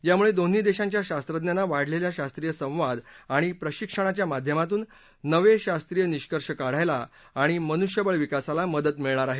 यामुळे दोन्ही देशांच्या शास्वज्ञांना वाढलेल्या शास्त्रीय संवाद आणि प्रशिक्षणाच्या माध्यमातून नवे शास्त्रीय निष्कर्ष काढायला आणि मनुष्यबळ विकासाला मदत मिळणार आहे